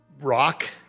rock